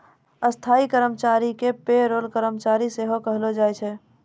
स्थायी कर्मचारी के पे रोल कर्मचारी सेहो कहलो जाय छै